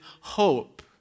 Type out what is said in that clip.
hope